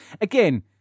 Again